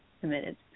committed